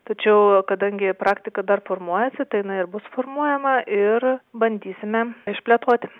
tačiau kadangi praktika dar formuojasi tai jinai ir bus formuojama ir bandysime išplėtoti